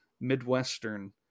Midwestern